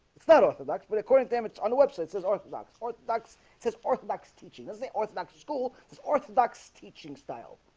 it's not orthodox, but according to him. it's on the website says orthodox orthodox says orthodox teaching is the orthodox school the orthodox teaching style